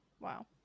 Wow